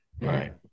right